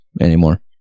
anymore